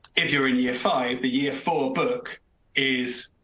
if you're in year five, the year four book is.